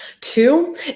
Two